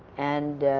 and